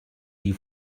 die